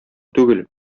түгел